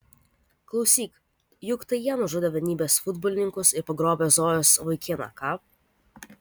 klausyk juk tai jie nužudė vienybės futbolininkus ir pagrobė zojos vaikiną ką